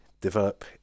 develop